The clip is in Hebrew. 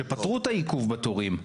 שפתרו את העיכוב בתורים.